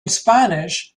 spanish